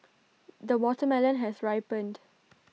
the watermelon has ripened